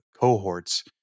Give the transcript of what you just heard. Cohorts